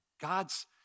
God's